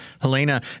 Helena